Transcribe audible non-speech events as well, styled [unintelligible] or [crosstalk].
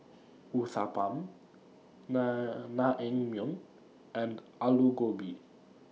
Uthapam [unintelligible] Naengmyeon and Alu Gobi